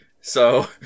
so-